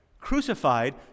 crucified